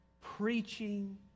preaching